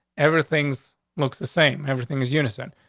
everything's looks the same. everything is unison.